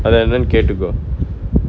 எதா இருந்தாலு கேட்டுக்கோ:ethaa irunthalu kaettukko